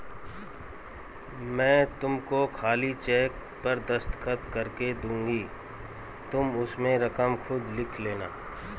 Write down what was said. मैं तुमको खाली चेक पर दस्तखत करके दूँगी तुम उसमें रकम खुद लिख लेना